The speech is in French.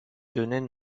donnais